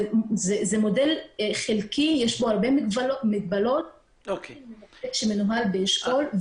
זה מודל חלקי, יש בו הרבה חלקי, שמנוהל באשכול.